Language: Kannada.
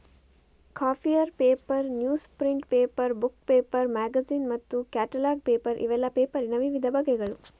copier paper, newsprint paper, book paper, magazine ಮತ್ತು ಕ್ಯಾಟಲಾಗ್ ಪೇಪರ್ ಇವೆಲ್ಲ ಪೇಪರಿನ ವಿವಿಧ ಬಗೆಗಳು